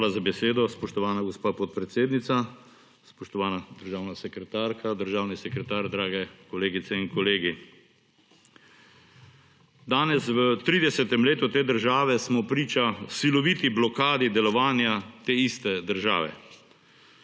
Hvala za besedo, spoštovana gospa podpredsednica. Spoštovana državna sekretarka, državni sekretar, drage kolegice in kolegi! Danes, v 30. letu te države smo priča siloviti blokadi delovanja te iste države.